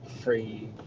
free